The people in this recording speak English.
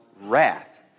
wrath